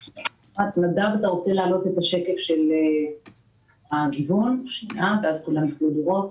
נוכל להעלות את השקף בעניין הגיוון ואז כולם יוכלו לראות.